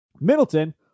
Middleton